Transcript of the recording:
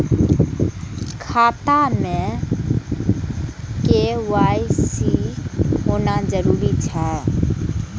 खाता में के.वाई.सी होना जरूरी छै?